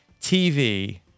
TV